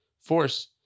force